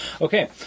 okay